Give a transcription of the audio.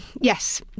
yes